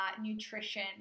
nutrition